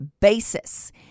basis